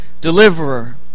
deliverer